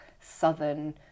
Southern